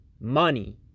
money